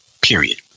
period